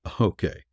Okay